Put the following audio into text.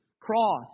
cross